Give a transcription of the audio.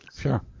Sure